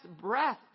Breath